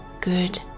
good